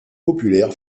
populaire